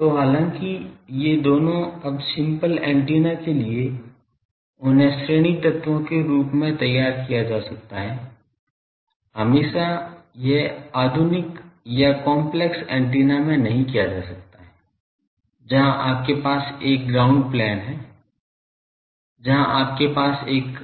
तो हालांकि ये दोनों अब सिंपल एंटेना के लिए उन्हें श्रेणी तत्वों के रूप में तैयार किया जा सकता है हमेशा यह आधुनिक या काम्प्लेक्स एंटेना में नहीं किया जा सकता है जहां आपके पास एक ग्राउंड प्लेन है जहां आपके पास एक